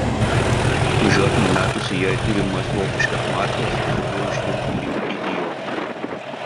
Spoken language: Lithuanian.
užuot numetusi jai turimas vokiškas markes pradėjau žliumbti lyg idiotė